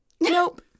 nope